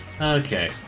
Okay